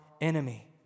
enemy